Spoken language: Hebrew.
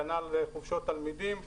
כנ"ל חופשות תלמידים.